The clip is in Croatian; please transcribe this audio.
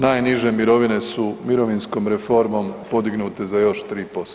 Najniže mirovine su mirovinskom reformom podignute za još 3%